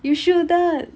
you shouldn't